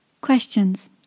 Questions